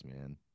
man